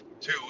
two